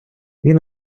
він